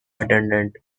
attendant